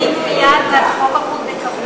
הרמנו יד בעד חוק הפונדקאות.